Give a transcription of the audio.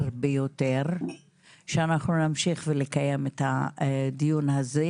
ביותר שאנחנו נמשיך לקיים את הדיון הזה,